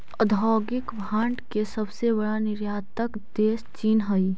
औद्योगिक भांड के सबसे बड़ा निर्यातक देश चीन हई